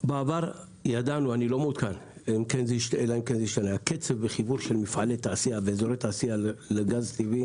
אני לא מעודכן אבל בעבר קצב חיבור מפעלי תעשייה ואזורי תעשייה לגז טבעי